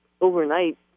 overnight